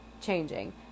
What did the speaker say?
changing